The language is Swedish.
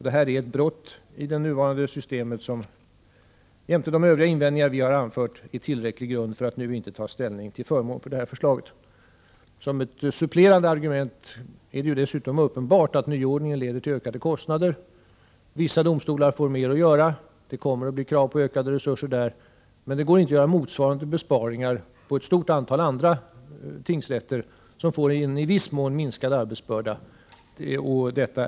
Detta är en avvikelse från det nuvarande systemet som jämte de övriga invändningar vi har anfört är tillräcklig grund för att nu inte ta ställning till förmån för förslaget. Som ett supplerande argument kan nämnas att det är uppenbart att nyordningen leder till ökade kostnader. Vissa domstolar får mer att göra, och det kommer att ställas krav på ökade resurser till dem, men det går inte att göra motsvarande besparingar på ett stort antal andra tingsrätter, som får en i viss mån minskad arbetsbörda.